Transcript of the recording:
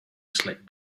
slipped